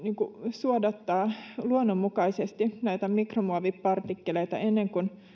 suodattaa luonnonmukaisesti mikromuovipartikkeleita ennen kuin